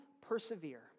persevere